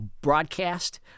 broadcast